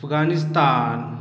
Afghanistan